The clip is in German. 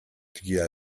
dir